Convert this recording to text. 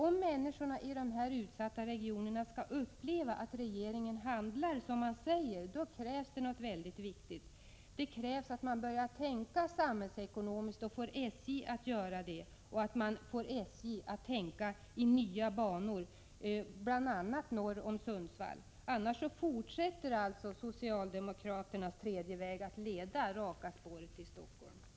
Om människorna i de utsatta regionerna skall uppleva att regeringen handlar som den säger, krävs det att man börjar tänka samhällsekonomiskt och får SJ att tänka i nya banor, bl.a. norr om Sundsvall. Annars fortsätter socialdemokraternas tredje väg att leda raka spåret till Stockholm.